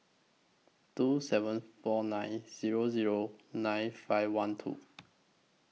two seven four nine Zero Zero nine five one two